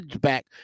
back